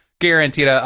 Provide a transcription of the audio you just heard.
guaranteed